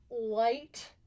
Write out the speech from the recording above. light